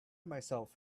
myself